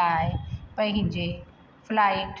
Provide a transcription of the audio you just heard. लाइ पंहिंजे फ्लाइट